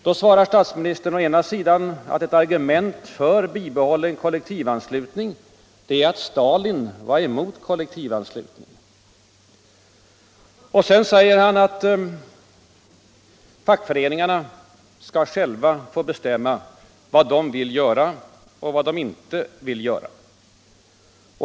Då svarar statsministern å ena sidan att ett argument för bibehållen kollektivanslutning är att Stalin var emot kollektivanslutning och å andra sidan att fackföreningarna själva skall få bestämma vad de vill göra och vad de inte vill göra.